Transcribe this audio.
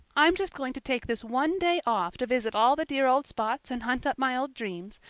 i'm just going to take this one day off to visit all the dear old spots and hunt up my old dreams,